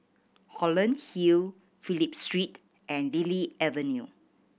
Holland Hill Phillip Street and Lily Avenue